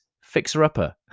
fixer-upper